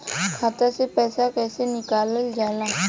खाता से पैसा कइसे निकालल जाला?